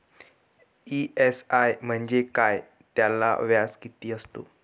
EMI म्हणजे काय? त्याला व्याज किती असतो?